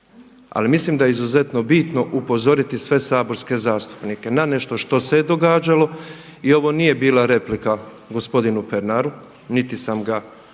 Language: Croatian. Ali mislim da je izuzetno bitno upozoriti sve saborske zastupnike na nešto što se je događalo. I ovo nije bila replika gospodinu Pernaru niti sam ga u